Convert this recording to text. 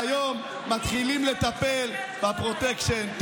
והיום מתחילים לטפל בפרוטקשן.